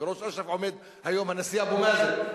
ובראש אש"ף עומד היום הנשיא אבו מאזן,